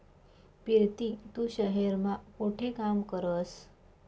पिरती तू शहेर मा कोठे काम करस?